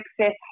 Access